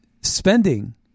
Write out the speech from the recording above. spending